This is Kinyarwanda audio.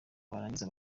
barangiza